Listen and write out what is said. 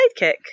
sidekick